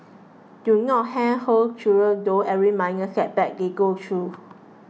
do not handhold children through every minor setback they go through